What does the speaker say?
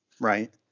right